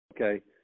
Okay